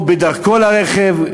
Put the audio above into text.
או בדרכו לרכב,